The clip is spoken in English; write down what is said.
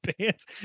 pants